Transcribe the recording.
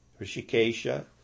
Rishikesha